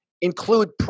include